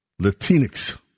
Latinx